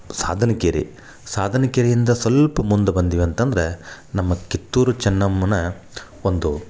ಸಾಧನಕೆರೆ ಸಾಧನಕೆರೆಯಿಂದ ಸಲ್ಪ ಮುಂದೆ ಬಂದಿವಂತಂದ್ರೆ ನಮ್ಮ ಕಿತ್ತೂರು ಚೆನ್ನಮ್ಮನ ಒಂದು